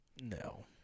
No